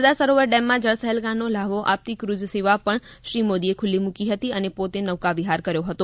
સરદાર સરોવર ડેમમાં જળ સહેલગાહનો લહાવો આપતી ફ્રઝ સેવા પણ શ્રી મોદીએ ખુલ્લી મૂકી હતી અને પોતે નૌકાવિહાર કર્યો હતો